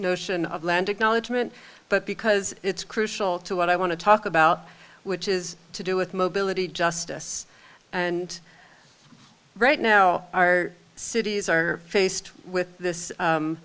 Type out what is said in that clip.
notion of land acknowledgement but because it's crucial to what i want to talk about which is to do with mobility justice and right now our cities are faced with this